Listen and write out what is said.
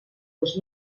dos